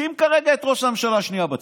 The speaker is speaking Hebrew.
שים כרגע את ראש הממשלה שנייה בצד: